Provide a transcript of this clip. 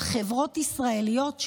של חברות ישראליות,